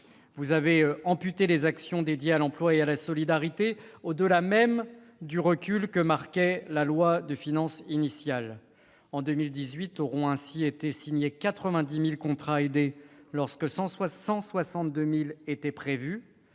Vous avez amputé les actions dédiées à l'emploi et à la solidarité, au-delà même de ce qui était inscrit en loi de finances initiale. En 2018, vous aurez ainsi signé 90 000 contrats aidés, alors que 162 000 étaient prévus.